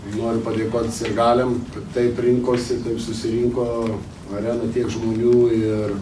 norim padėkot sirgaliam kad taip rinkosi taip susirinko arenoj tiek žmonių ir